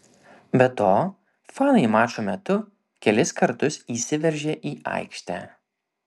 be to fanai mačo metu kelis kartus įsiveržė į aikštę